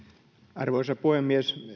arvoisa puhemies